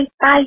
Bye